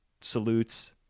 salutes